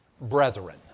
brethren